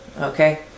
Okay